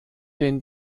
den